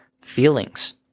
feelings